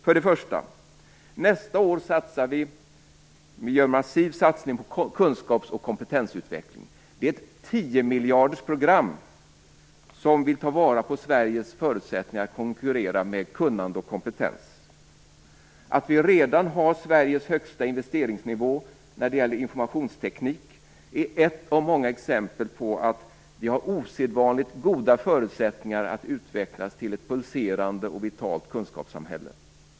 För det första gör vi nästa år en massiv satsning på kunskaps och kompetensutveckling. Det är ett tiomiljardersprogram där vi tar vara på Sveriges förutsättningar att konkurrera med kunnande och kompetens. Att vi redan har Sveriges högsta investeringsnivå när det gäller informationsteknik är ett av många exempel på att vi ha osedvanligt goda förutsättningar att utvecklas till ett pulserande och vitalt kunskapssamhälle.